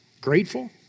grateful